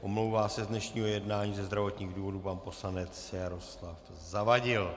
Omlouvá se z dnešního jednání ze zdravotních důvodů pan poslanec Jaroslav Zavadil.